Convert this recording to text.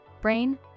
brain